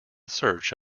search